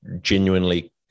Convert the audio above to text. genuinely